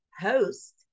host